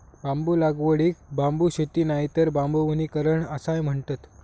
बांबू लागवडीक बांबू शेती नायतर बांबू वनीकरण असाय म्हणतत